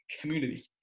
community